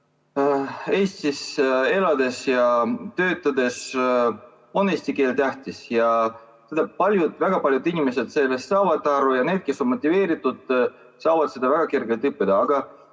Eestis elades ja töötades on eesti keel tähtis. Väga paljud inimesed saavad sellest aru ja need, kes on motiveeritud, saavad seda väga kergelt õppida.